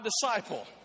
disciple